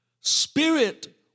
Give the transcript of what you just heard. Spirit